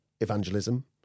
evangelism